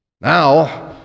Now